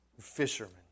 fishermen